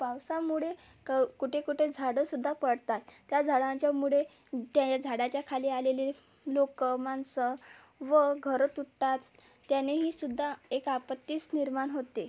पावसामुळे कं कुठे कुठे झाडं सुद्धा पडतात त्या झाडांच्यामुळे त्या झाडाच्याखाली आलेले लोक माणसं व घरं तुटतात त्यानेही सुद्धा एक आपत्तीस निर्माण होते